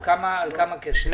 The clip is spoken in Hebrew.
על כמה כסף?